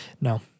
No